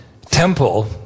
temple